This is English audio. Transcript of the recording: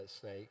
snake